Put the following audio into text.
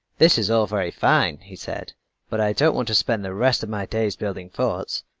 this is all very fine, he said but i don't want to spend the rest of my days building forts.